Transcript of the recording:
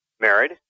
Married